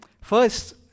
First